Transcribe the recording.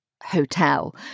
hotel